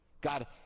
God